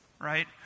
right